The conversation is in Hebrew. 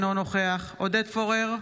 אינו נוכח עודד פורר,